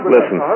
Listen